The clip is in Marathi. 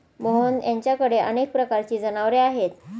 मोहन यांच्याकडे अनेक प्रकारची जनावरे आहेत